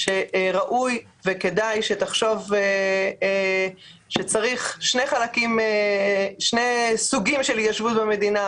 שראוי וכדאי שתחשוב שצריכים להיות שני סוגים של התיישבות במדינה,